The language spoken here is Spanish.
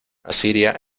asiria